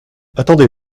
attendez